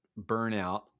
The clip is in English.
burnout